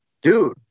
dude